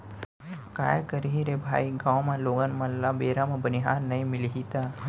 काय करही अरे भाई गॉंव म लोगन मन ल बेरा म बनिहार नइ मिलही त